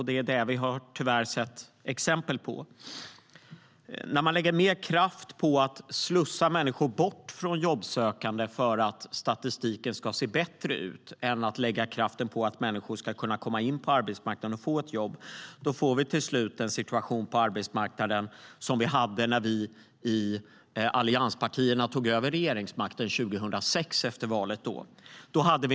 Det har vi tyvärr sett exempel på. När man lägger ned kraft på att slussa människor bort från jobbsökande för att statistiken ska se bättre ut i stället för att lägga ned kraft på att människor ska kunna komma in på arbetsmarknaden och få ett jobb blir det till sist samma situation på arbetsmarknaden som när vi i allianspartierna tog över regeringsmakten efter valet 2006.